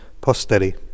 Posteri